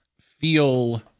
feel